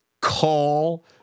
call